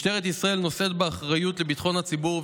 משטרת ישראל נושאת באחריות לביטחון הציבור,